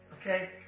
Okay